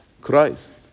Christ